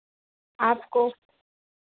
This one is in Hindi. आपको